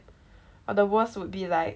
or the worst would be like